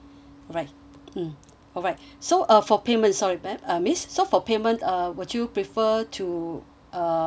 mm alright so uh for payment sorry ma'am uh miss so for payment uh would you prefer to uh